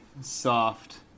soft